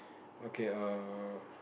okay err